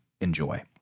enjoy